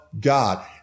God